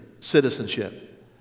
citizenship